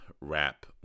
rap